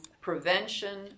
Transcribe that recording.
prevention